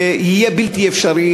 זה יהיה בלתי אפשרי,